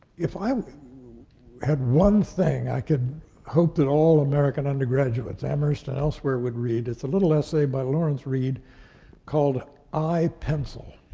if i had one thing i could hope that all american undergraduates, amherst and elsewhere, would read, it's a little essay by lawrence read called i, pencil.